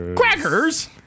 Crackers